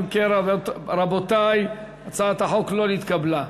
אם כן, רבותי, הצעת החוק לא נתקבלה.